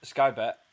Skybet